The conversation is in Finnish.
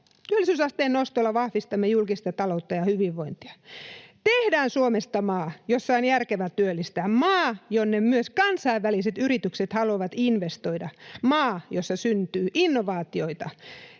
Työllisyysasteen nostolla vahvistamme julkista taloutta ja hyvinvointia. Tehdään Suomesta maa, jossa on järkevää työllistää, maa, jonne myös kansainväliset yritykset haluavat investoida, maa, jossa syntyy innovaatioita.